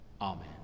amen